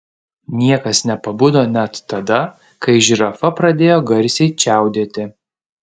niekas nepabudo net tada kai žirafa pradėjo garsiai čiaudėti